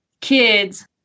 kids